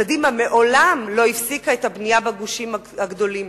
קדימה מעולם לא הפסיקה את הבנייה בגושים הגדולים,